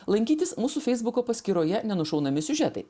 lankytis mūsų feisbuko paskyroje nenušaunami siužetai